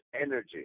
energy